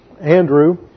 Andrew